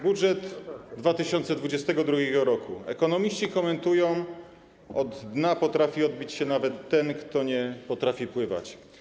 Budżet 2022 r. Ekonomiści komentują: Od dna potrafi odbić się nawet ten, kto nie potrafi pływać.